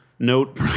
Note